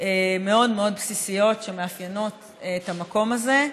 מאוד מאוד בסיסיות שמאפיינות את המקום הזה,